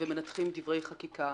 ומנתחים דברי חקיקה,